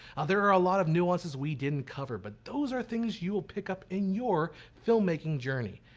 there are a lot of nuances we didn't cover but those are things you will pick up in your filmmaking journey.